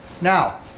Now